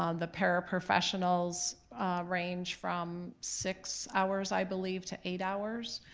um the paraprofessionals range from six hours, i believe, to eight hours.